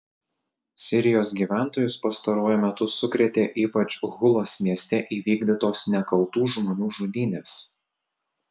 sirijos gyventojus pastaruoju metu sukrėtė ypač hulos mieste įvykdytos nekaltų žmonių žudynės